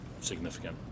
significant